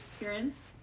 appearance